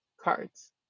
cards